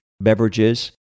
beverages